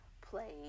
Play